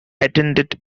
attended